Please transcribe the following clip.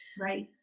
Right